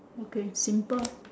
okay simple